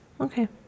okay